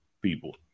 people